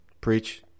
Preach